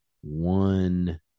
one